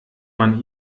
man